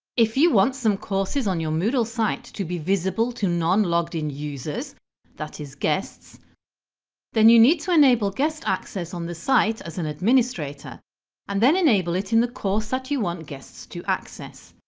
if you want some courses on your moodle site to be visible to non logged in users that is guests then you need to enable guest access on the site as an administrator and then enable it in the course that you want guests to access.